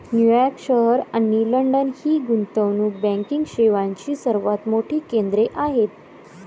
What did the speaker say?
New York शहर आणि London ही गुंतवणूक बँकिंग सेवांची सर्वात मोठी केंद्रे आहेत